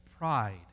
Pride